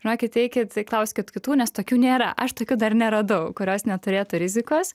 žinokit eikit klauskit kitų nes tokių nėra aš tokių dar neradau kurios neturėtų rizikos